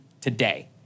today